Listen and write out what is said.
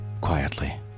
quietly